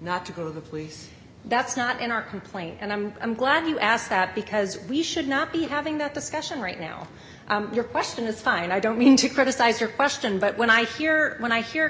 not to go to the police that's not in our complaint and i'm glad you asked that because we should not be having that discussion right now your question is fine i don't mean to criticize your question but when i fear when i hear